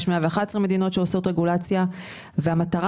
יש 111 מדינות שעושות רגולציה והמטרה